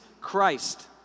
Christ